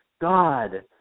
God